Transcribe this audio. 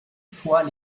fois